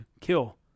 kill